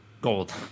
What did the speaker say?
Gold